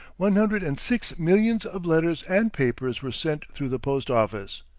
one hundred and six millions of letters and papers were sent through the post-office.